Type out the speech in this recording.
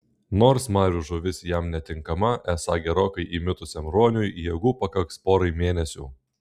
nors marių žuvis jam netinkama esą gerokai įmitusiam ruoniui jėgų pakaks porai mėnesių